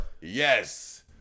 Yes